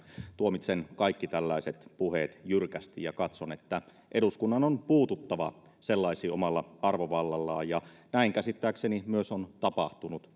tuomitsen kaikki tällaiset puheet jyrkästi ja katson että eduskunnan on puututtava sellaisiin omalla arvovallallaan ja näin käsittääkseni myös on tapahtunut